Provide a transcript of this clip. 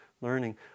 learning